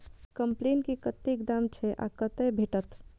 कम्पेन के कतेक दाम छै आ कतय भेटत?